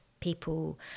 people